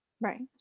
Right